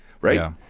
right